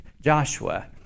Joshua